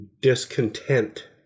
discontent